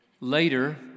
Later